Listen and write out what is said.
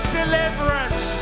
deliverance